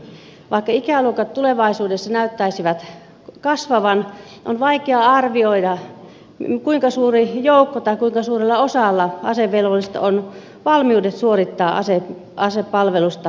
vaikka ikäluokat tulevaisuudessa näyttäisivät kasvavan on vaikea arvioida kuinka suurella osalla asevelvollisista on valmiudet suorittaa asepalvelusta kokonaisuudessaan